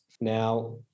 Now